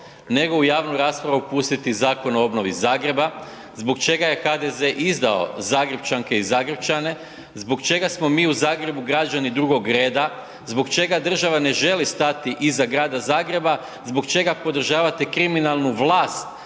nego u javnu raspravu pustiti Zakon o obnovi Zagreba? Zbog čega je HDZ izdao Zagrepčanke i Zagrepčane? Zbog čega smo mi u Zagrebu građani drugog reda? Zbog čega država ne želi stati iza Grada Zagreba? Zbog čega podržavate kriminalnu vlast